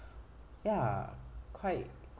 ya quite